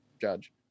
judge